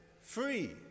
free